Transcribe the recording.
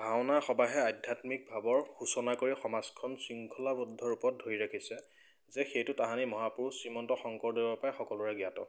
ভাওনা সবাহে আধ্যাত্মিক ভাৱৰ শোচনা কৰি সমাজখন শৃংখলাবদ্ধ ৰূপৰত ধৰি ৰাখিছে যে সেইটো তাহানি মহাপুৰুষ শ্ৰীমন্ত শংকৰদেৱৰ পৰাই সকলোৰে জ্ঞাত